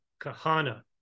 Kahana